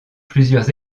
plusieurs